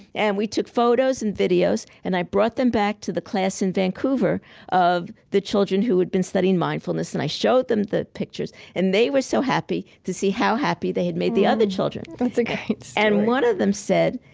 and we took photos and videos and i brought them back to the class in vancouver of the children who had been studying mindfulness and i showed them the pictures, and they were so happy to see how happy they had made the other children that's a great story and one of them said,